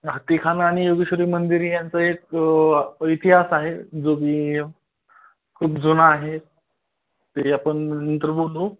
हत्तीखाना आणि योगेश्वरी मंदिर यांचं एक इतिहास आहे जो मी खूप जुना आहे ते आपण नंतर बोलू